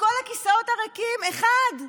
בכל הכיסאות הריקים, אחד,